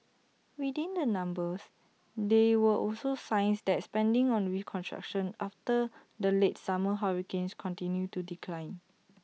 within the numbers there were also signs that spending on reconstruction after the late summer hurricanes continued to decline